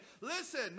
Listen